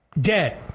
Dead